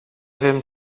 wiem